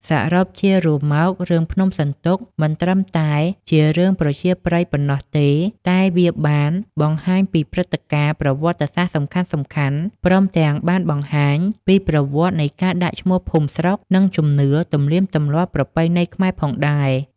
សរុបជារួមមក រឿង ភ្នំសន្ទុកមិនត្រឹមតែជារឿងប្រជាប្រិយប៉ុណ្ណោះទេ តែវាបានបង្ហាញពីព្រឹត្តិការណ៍ប្រវត្តិសាស្រ្ដសំខាន់ៗ ព្រមទាំងបានបង្ហាញពីប្រវត្តិនៃការដាក់ឈ្មោះភូមិស្រុក និងជំនឿ ទំនៀមទម្លាប់ប្រពៃណីខ្មែរផងដែរ។